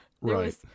Right